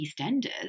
EastEnders